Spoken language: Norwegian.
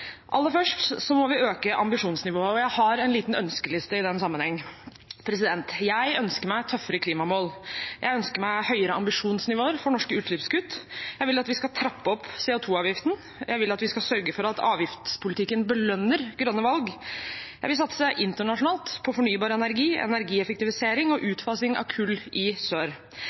Aller først må vi øke ambisjonsnivået, og jeg har en liten ønskeliste i den sammenheng. Jeg ønsker meg tøffere klimamål. Jeg ønsker meg høyere ambisjonsnivå for norske utslippskutt. Jeg vil at vi skal trappe opp CO 2 -avgiften. Jeg vil at vi skal sørge for at avgiftspolitikken belønner grønne valg. Jeg vil satse internasjonalt på fornybar energi, energieffektivisering og utfasing av kull i sør.